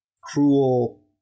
cruel